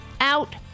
out